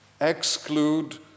exclude